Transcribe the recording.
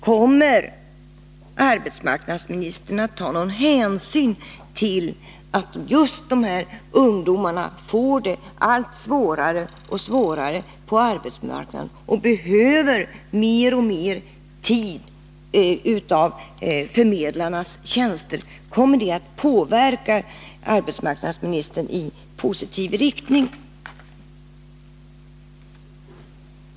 Kommer arbetsmarknadsministern att ta hänsyn till att just invandrarungdomarna får det allt svårare på arbetsmarknaden och därför behöver ta i anspråk mer och mer tid av förmedlarnas tjänster? Kommer det förhållandet att påverka arbetsmarknadsministern till beslut i positiv riktning?